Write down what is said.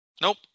Nope